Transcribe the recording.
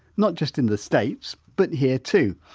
not just in the states but here too?